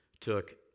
took